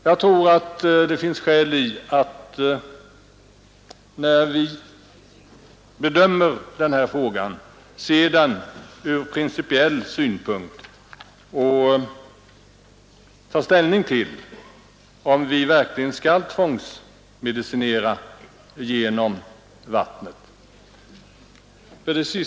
Nej, när vi bedömer denna fråga tror jag det är skäl i att se den från principiell synpunkt och ta ställning till om vi verkligen skall tvångsmedicinera genom vattnet.